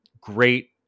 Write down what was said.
Great